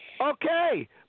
okay